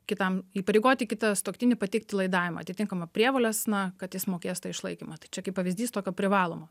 kitam įpareigoti kitą sutuoktinį pateikti laidavimą atitinkamą prievolės na kad jis mokės tą išlaikymą tai čia kaip pavyzdys tokio privalomo